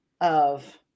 of-